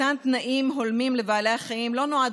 מתן תנאים הולמים לבעלי החיים לא נועד